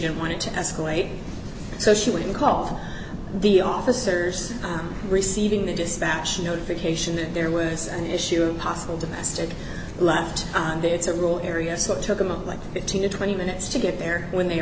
didn't want it to escalate so she would call the officers receiving the dispatch notification that there was an issue of possible domestic left it's a rule area so i took him up like fifteen to twenty minutes to get there when they